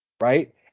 right